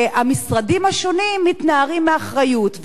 שהמשרדים השונים מתנערים מאחריות.